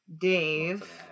Dave